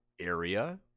area